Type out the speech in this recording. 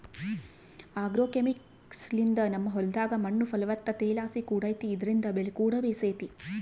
ಆಗ್ರೋಕೆಮಿಕಲ್ಸ್ನಿಂದ ನಮ್ಮ ಹೊಲದಾಗ ಮಣ್ಣು ಫಲವತ್ತತೆಲಾಸಿ ಕೂಡೆತೆ ಇದ್ರಿಂದ ಬೆಲೆಕೂಡ ಬೇಸೆತೆ